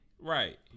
Right